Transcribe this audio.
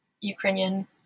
Ukrainian